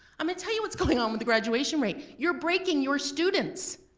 i'm gonna tell you what's going on with the graduation rate, you're breaking your students!